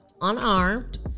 unarmed